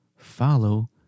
Follow